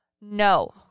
No